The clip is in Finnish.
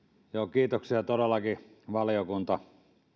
kiitoksia todellakin valiokunnan